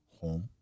home